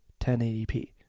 1080p